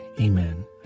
Amen